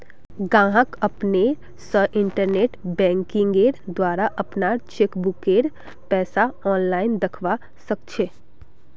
गाहक अपने स इंटरनेट बैंकिंगेंर द्वारा अपनार चेकबुकेर पैसा आनलाईन दखवा सखछे